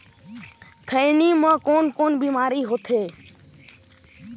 खैनी म कौन कौन बीमारी होथे?